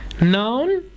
Noun